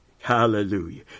Hallelujah